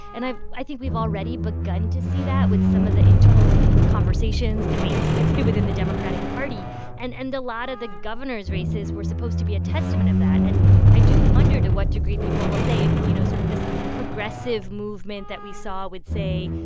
and i i think we've already begun to see that with some of the internal conversations debates, you could say within the democratic party and and a lot of the governors' races were supposed to be a testament of that. and i do wonder to what degree people will say, you, know sort of this progressive movement that we saw with, say,